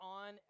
on